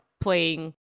playing